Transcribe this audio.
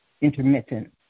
intermittent